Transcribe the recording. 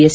S